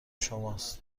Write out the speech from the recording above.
شماست